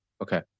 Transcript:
Okay